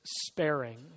sparing